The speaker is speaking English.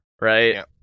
right